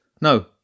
No